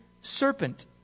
serpent